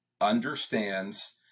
understands